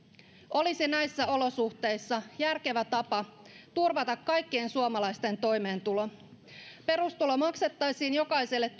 olisi näissä olosuhteissa järkevä tapa turvata kaikkien suomalaisten toimeentulo perustulo maksettaisiin jokaiselle työikäiselle